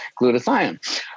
glutathione